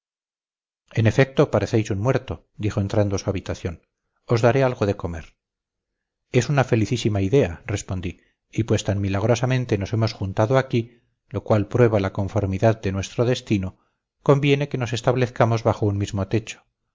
en efecto parecéis un muerto dijo entrando en su habitación os daré algo de comer es una felicísima idea respondí y pues tan milagrosamente nos hemos juntado aquí lo cual prueba la conformidad de nuestro destino conviene que nos establezcamos bajo un mismo techo